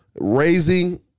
raising